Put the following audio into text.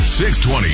620